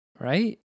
Right